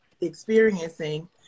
experiencing